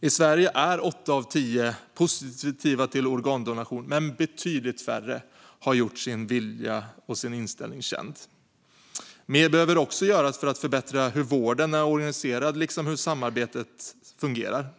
I Sverige är 8 av 10 positiva till organdonation, men betydligt färre har gjort sin inställning känd. Mer behöver också göras för att förbättra hur vården är organiserad, liksom hur samarbetet fungerar.